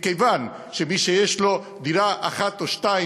מכיוון שמי שיש לו דירה אחת או שתיים